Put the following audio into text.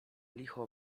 licho